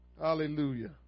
Hallelujah